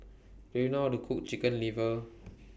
Do YOU know How to Cook Chicken Liver